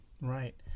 Right